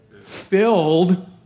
Filled